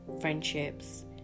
friendships